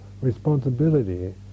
responsibility